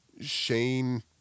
Shane